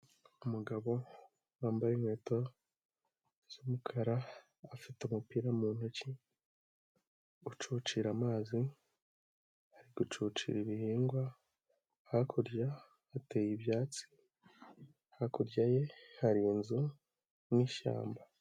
Umugabo wambaye inkweto z'umukara, afita umupira mu ntoki ucucira amazi, ari gucuci ibihingwa, hakurya hateye ibyatsi, hakurya ye hari inzu n'ishyamba.